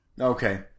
Okay